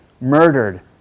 murdered